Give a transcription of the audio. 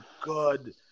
good